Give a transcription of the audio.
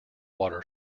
water